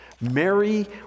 Mary